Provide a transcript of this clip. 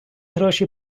гроші